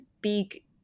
big